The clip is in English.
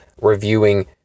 reviewing